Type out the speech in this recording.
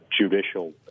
judicial